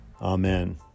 Amen